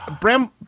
Bram